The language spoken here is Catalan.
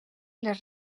les